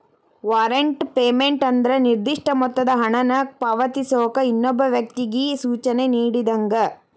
warrant payment ಅಂದ್ರ ನಿರ್ದಿಷ್ಟ ಮೊತ್ತದ ಹಣನ ಪಾವತಿಸೋಕ ಇನ್ನೊಬ್ಬ ವ್ಯಕ್ತಿಗಿ ಸೂಚನೆ ನೇಡಿದಂಗ